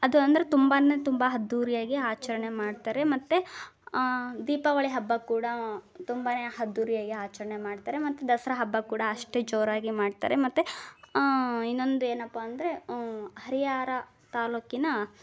ಅದು ಅಂದರೆ ತುಂಬಾ ತುಂಬ ಅದ್ದೂರಿಯಾಗಿ ಆಚರಣೆ ಮಾಡ್ತಾರೆ ಮತ್ತೆ ದೀಪಾವಳಿ ಹಬ್ಬ ಕೂಡ ತುಂಬ ಅದ್ದೂರಿಯಾಗಿ ಆಚರಣೆ ಮಾಡ್ತಾರೆ ಮತ್ತು ದಸರ ಹಬ್ಬ ಕೂಡ ಅಷ್ಟೇ ಜೋರಾಗಿ ಮಾಡ್ತಾರೆ ಮತ್ತೆ ಇನ್ನೊಂದು ಏನಪ್ಪ ಅಂದರೆ ಹರಿಹರ ತಾಲೂಕಿನ